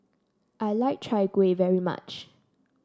I like Chai Kueh very much